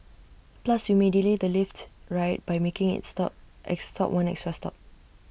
plus you may delay the lift ride by making IT stop IT stop one extra stop